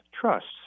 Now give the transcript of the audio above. trusts